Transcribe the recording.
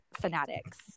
fanatics